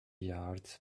yards